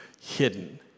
hidden